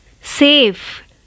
safe